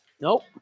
Nope